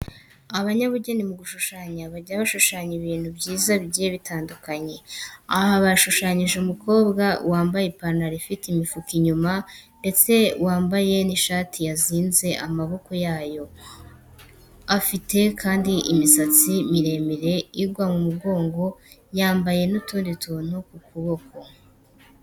Abanyabugeni mu gushushanya bajya bashushanya ibintu byiza bigiye bitandukanye. Aha bashushanyije umukobwa wambaye ipantalo ifite imifuka inyuma ndetse wambaye n'ishati yazinze amaboko yayo. Afite kandi imisatsi miremire igwa mu mugongo yamabaye n'utundi tuntu ku kuboko.